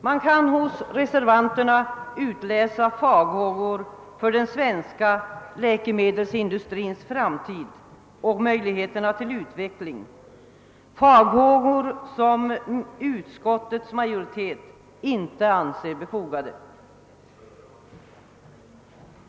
Man kan ur reservationen utläsa farhågor för den svenska läkemedelsindustrins framtid och möjligheter till utveckling. Utskottets majoritet anser inte dessa farhågor befogade.